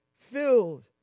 Filled